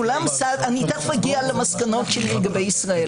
תכף אגיע למסקנות שלי לגבי ישראל.